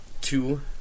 two